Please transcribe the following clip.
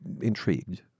intrigued